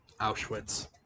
Auschwitz